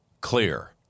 clear